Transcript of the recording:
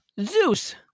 Zeus